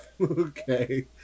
okay